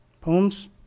Poems